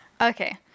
Okay